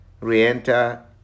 re-enter